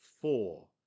four